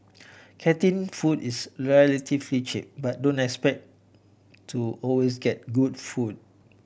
canteen food is relatively cheap but don't expect to always get good food